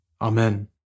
Amen